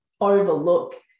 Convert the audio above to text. overlook